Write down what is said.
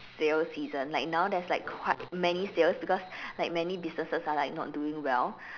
sale season like now there's like quite many sales because like many businesses are like not doing well